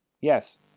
Yes